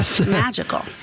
magical